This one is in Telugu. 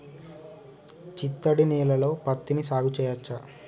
చిత్తడి నేలలో పత్తిని సాగు చేయచ్చా?